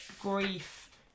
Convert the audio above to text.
grief